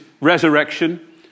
resurrection